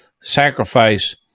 sacrifice